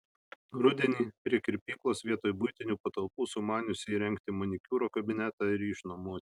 rudenį prie kirpyklos vietoj buitinių patalpų sumaniusi įrengti manikiūro kabinetą ir jį išnuomoti